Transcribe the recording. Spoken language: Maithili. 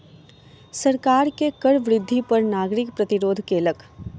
सरकार के कर वृद्धि पर नागरिक प्रतिरोध केलक